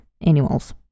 animals